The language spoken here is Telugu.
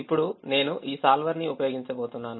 ఇప్పుడు నేను ఈ solver ని ఉపయోగించబోతున్నాను